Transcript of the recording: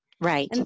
Right